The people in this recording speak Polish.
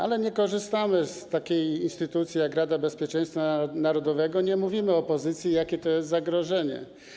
Ale nie korzystamy z takiej instytucji jak Rada Bezpieczeństwa Narodowego, nie mówimy opozycji, jakie to jest zagrożenie.